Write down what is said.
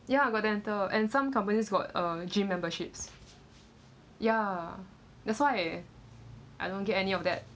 ya got dental and some companies got uh gym memberships ya that's why I don't get any of that